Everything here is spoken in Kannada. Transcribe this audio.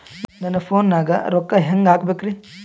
ನನ್ನ ಫೋನ್ ನಾಗ ರೊಕ್ಕ ಹೆಂಗ ಹಾಕ ಬೇಕ್ರಿ?